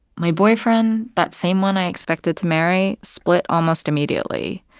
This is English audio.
my boyfriend, that same one i expected to marry, split almost immediately.